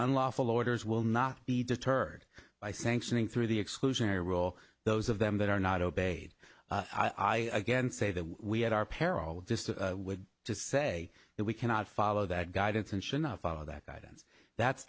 unlawful orders will not be deterred by sanctioning through the exclusionary rule those of them that are not obeyed i again say that we have our peril just to say that we cannot follow that guidance and should not follow that guidance that's